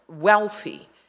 wealthy